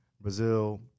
Brazil